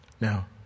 Now